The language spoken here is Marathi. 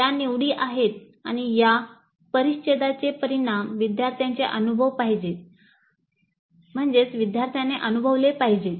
या निवडी आहेत आणि या परिच्छेदांचे परिणाम विद्यार्थ्याने अनुभवले पाहिजेत